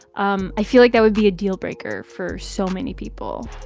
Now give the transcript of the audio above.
um i feel like that would be a deal-breaker for so many people.